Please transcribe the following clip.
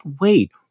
wait